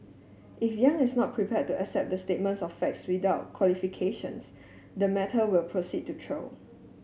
if Yang is not prepared to accept the statements of facts without qualifications the matter will proceed to trial